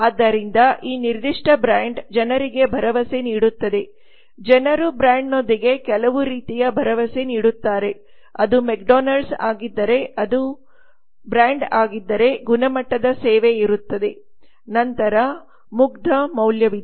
ಆದ್ದರಿಂದ ಈ ನಿರ್ದಿಷ್ಟ ಬ್ರ್ಯಾಂಡ್ ಜನರಿಗೆ ಭರವಸೆ ನೀಡುತ್ತದೆ ಜನರು ಬ್ರ್ಯಾಂಡ್ನೊಂದಿಗೆ ಕೆಲವು ರೀತಿಯ ಭರವಸೆ ನೀಡುತ್ತಾರೆ ಅದು ಮೆಕ್ಡೊನಾಲ್ಡ್ಸ್McDonalds ಆಗಿದ್ದರೆ ಅದು ಬ್ರಾಂಡ್ ಆಗಿದ್ದರೆ ಗುಣಮಟ್ಟದ ಸೇವೆ ಇರುತ್ತದೆ ನಂತರ ಮುಗ್ಧ ಮೌಲ್ಯವಿದೆ